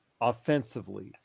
offensively